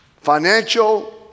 financial